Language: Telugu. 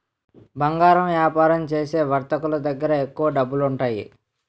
బంగారు వ్యాపారం చేసే వర్తకులు దగ్గర ఎక్కువ డబ్బులుంటాయి